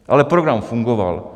Ale program fungoval.